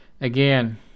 Again